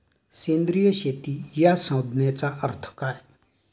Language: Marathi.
सेंद्रिय शेती या संज्ञेचा अर्थ काय?